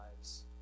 lives